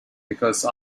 because